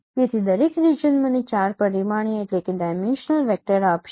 તેથી દરેક રિજિયન મને 4 પરિમાણીય વેક્ટર આપશે